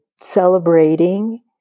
celebrating